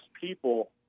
people